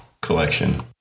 collection